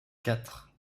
quatre